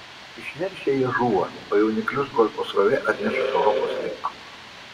išneršę jie žūva o jauniklius golfo srovė atneša europos link